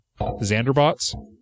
Xanderbots